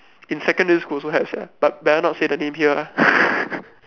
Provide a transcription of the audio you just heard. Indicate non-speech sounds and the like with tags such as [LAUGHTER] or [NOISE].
in secondary school also have sia but better not say the name here lah [LAUGHS]